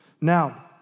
Now